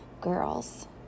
Girls